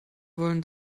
wollen